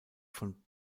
von